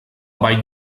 vall